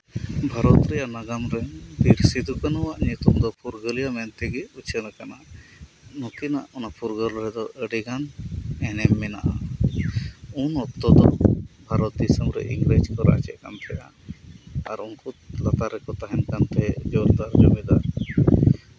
ᱵᱷᱟᱨᱚᱛ ᱨᱮᱭᱟᱜ ᱱᱟᱜᱟᱢ ᱨᱮ ᱵᱤᱨ ᱥᱤᱫᱷᱩᱼᱠᱟᱹᱱᱩᱣᱟᱜ ᱧᱩᱛᱩᱢ ᱫᱚ ᱯᱷᱩᱨᱜᱟᱹᱞᱤᱭᱟᱹ ᱢᱮᱱᱛᱮᱜᱮ ᱩᱪᱷᱟᱹᱱ ᱟᱠᱟᱱᱟ ᱱᱩᱠᱤᱱᱟᱜ ᱚᱱᱟ ᱯᱷᱩᱨᱜᱟᱹᱞ ᱨᱮᱫᱚ ᱟᱹᱰᱤᱜᱟᱱ ᱮᱱᱮᱢ ᱢᱮᱱᱟᱜᱼᱟ ᱩᱱ ᱚᱠᱛᱚ ᱫᱚ ᱵᱷᱟᱨᱚᱛ ᱫᱤᱥᱚᱢ ᱨᱮ ᱤᱝᱨᱮᱡ ᱠᱚ ᱨᱟᱡᱮᱫ ᱠᱟᱱᱛᱟᱦᱮᱱᱟ ᱟᱨ ᱩᱱᱠᱩ ᱞᱟᱛᱟᱨ ᱨᱮᱠᱚ ᱛᱟᱦᱮᱱ ᱠᱟᱱ ᱛᱟᱦᱮᱫ ᱡᱳᱛᱫᱟᱨ ᱡᱚᱢᱤᱫᱟᱨ